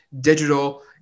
digital